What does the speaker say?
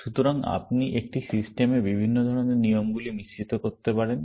সুতরাং আপনি একটি সিস্টেমে বিভিন্ন ধরণের নিয়মগুলি মিশ্রিত করতে পারেন